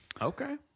Okay